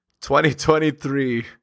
2023